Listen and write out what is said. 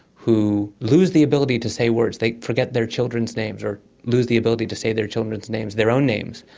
who lose the ability to say words, they forget their children's names or lose the ability to say their children's names, their own names.